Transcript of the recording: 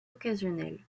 occasionnelle